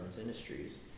Industries